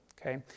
Okay